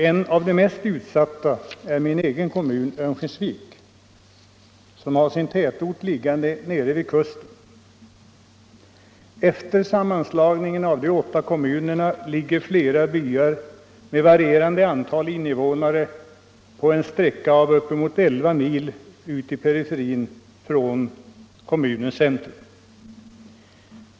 En av de mest utsatta kommunerna är min egen, Örnsköldsvik, som har sin tätort liggande nere vid kusten. Efter sammanslagningen av de åtta kommunerna ligger flera byar med varierande antal invånare på en sträcka 69 av upp emot elva mil i periferin från kommunens centrum.